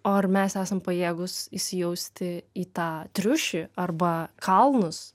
o ar mes esam pajėgūs įsijausti į tą triušį arba kalnus